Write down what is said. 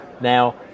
Now